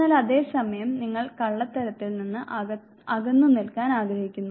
എന്നാൽ അതേ സമയം നിങ്ങൾ കള്ളത്തരത്തിൽ നിന്ന് അകന്നു നിൽക്കാൻ ആഗ്രഹിക്കുന്നു